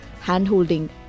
hand-holding